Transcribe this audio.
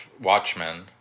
watchmen